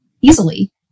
easily